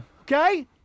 Okay